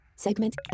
Segment